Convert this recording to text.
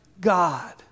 God